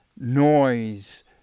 noise